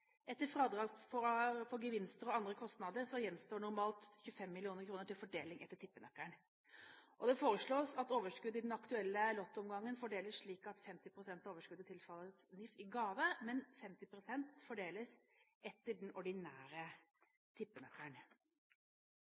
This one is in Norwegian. Etter fradrag for gevinster og andre kostnader gjenstår det normalt 25 mill. kr til fordeling etter tippenøkkelen. Det foreslås at overskuddet i den aktuelle lottoomgangen fordeles slik at 50 pst. av overskuddet tilfaller NIF i gave, mens 50 pst. fordeles etter den ordinære